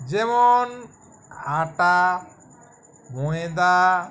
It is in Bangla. যেমন আটা ময়দা